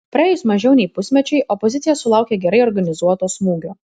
praėjus mažiau nei pusmečiui opozicija sulaukė gerai organizuoto smūgio